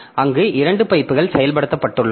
அங்கு 2 பைப்புகள் செயல்படுத்தப்பட்டுள்ளன